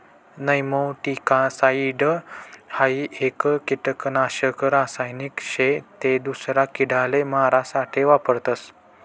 nematicide हाई एक किडानाशक रासायनिक शे ते दूसरा किडाले मारा साठे वापरतस